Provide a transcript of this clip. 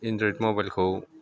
Android मबाइलखौ